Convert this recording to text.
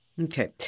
Okay